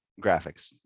graphics